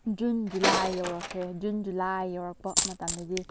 June July ꯌꯧꯔꯛꯈ꯭ꯔꯦ June July ꯌꯧꯔꯛꯄ ꯃꯇꯝꯗꯗꯤ